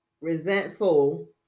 resentful